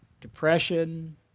depression